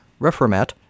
Reformat